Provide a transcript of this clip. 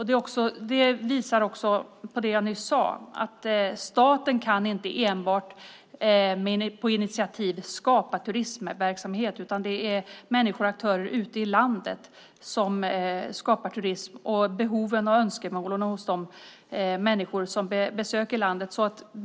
Detta visar på det jag nyss sagt, nämligen att staten inte enbart utifrån initiativ kan skapa turistverksamhet, utan det är människor och aktörer ute i landet samt behoven och önskemålen hos de människor som besöker landet som skapar turism.